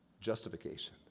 Justification